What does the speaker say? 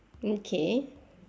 okay